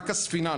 רק הספינה,